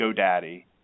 GoDaddy